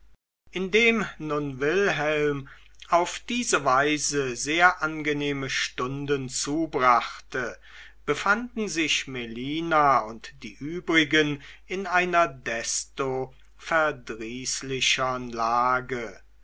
indem nun wilhelm auf diese weise sehr angenehme stunden zubrachte befanden sich melina und die übrigen in einer desto verdrießlichern lage